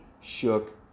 shook